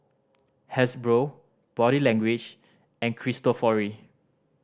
Hasbro Body Language and Cristofori